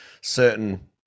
certain